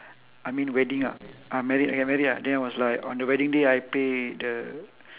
I mean wedding ah ah married ya married lah then I was like on the wedding day I play the